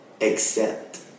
accept